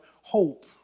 hope